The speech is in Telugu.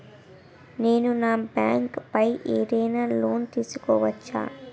నేను నా బైక్ పై ఏదైనా లోన్ తీసుకోవచ్చా?